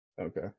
Okay